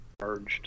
merged